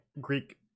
Greek